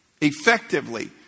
Effectively